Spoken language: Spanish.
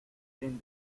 sin